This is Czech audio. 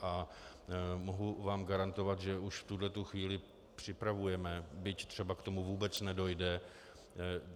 A mohu vám garantovat, že už v tuhle chvíli připravujeme, byť třeba k tomu vůbec nedojde,